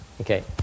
Okay